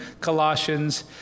Colossians